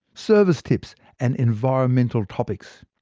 service tips, and environmental topics.